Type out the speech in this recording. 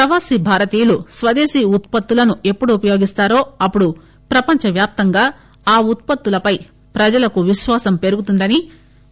ప్రవాసీ భారతీయులు స్వదేశీ ఉత్పత్తులను ఎప్పుడు ఉపయోగిస్తారో అప్పుడు ప్రపంచవ్యాప్తంగా ఆ ఉత్పత్తులపై ప్రజలకు విశ్వాసం పెరుగుతుందని ఆయన అన్నారు